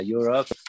Europe